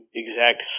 exact